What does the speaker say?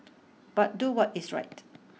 but do what is right